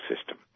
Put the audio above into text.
system